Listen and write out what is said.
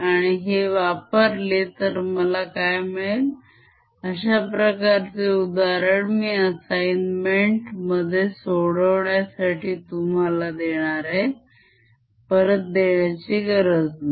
आणि हे वापरले तर मला काय मिळेल अश्याप्रकारचे उदाहरण मी assignment मध्ये सोडवण्यासाठी तुम्हाला देणार आहे परत देण्याची गरज नाही